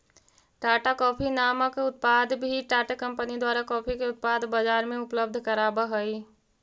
Tata coffee नामक उत्पाद भी टाटा कंपनी द्वारा कॉफी के उत्पाद बजार में उपलब्ध कराब हई